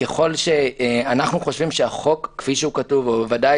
אנחנו חושבים שהחוק כפי שהוא כתוב או ודאי